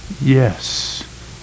Yes